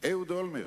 אהוד אולמרט.